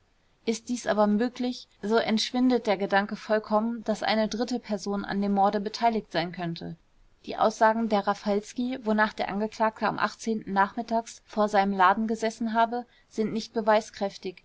ist dies aber möglich so entschwindet der gedanke vollkommen daß eine dritte person an dem morde beteiligt sein könnte die aussagen der raffalski wonach der angeklagte am nachmittags vor seinem laden gesessen habe sind nicht beweiskräftig